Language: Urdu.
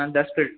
this fit